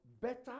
better